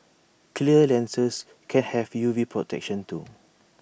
clear lenses can have U V protection too